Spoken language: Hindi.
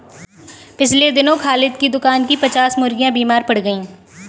पिछले दिनों खालिद के दुकान की पच्चास मुर्गियां बीमार पड़ गईं